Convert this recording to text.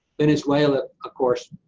venezuela, of course